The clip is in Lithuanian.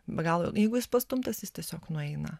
be galo jeigu jis pastumtas jis tiesiog nueina